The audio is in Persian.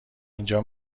اینجا